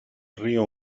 río